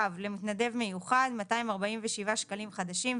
למתנדב מיוחד - 247 שקלים חדשים,